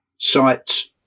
sites